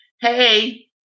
Hey